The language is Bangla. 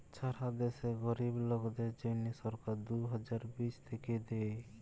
ছারা দ্যাশে গরীব লোকদের জ্যনহে সরকার দু হাজার বিশ থ্যাইকে দেই